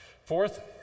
Fourth